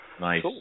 Nice